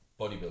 bodybuilding